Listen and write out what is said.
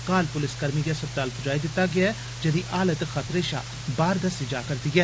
घाऽल पुलसकर्मी गी अस्पताल पुजाई दित्ता गेया जेदी हालत खतरे शा बाह्र दस्सी जा'रदी ऐ